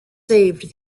saved